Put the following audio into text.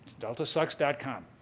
Deltasucks.com